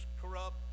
corrupt